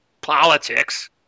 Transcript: politics